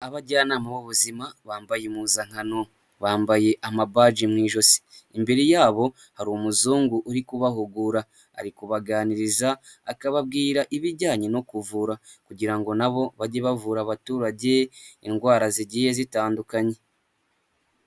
Abajyanama b'ubuzima bambaye impuzankano, bambaye amabaji mu ijosi. Imbere yabo hari umuzungu uri kubahugura ari kubaganiriza akababwira ibijyanye no kuvura kugira ngo nabo bajye bavura abaturage indwara zigiye zitandukanye.